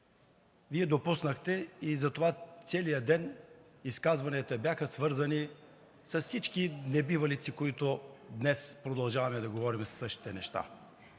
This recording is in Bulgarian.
Вие допуснахте това, че през целия ден изказванията бяха свързани с всички небивалици, които днес продължаваме да говорим за същите неща.